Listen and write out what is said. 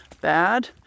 bad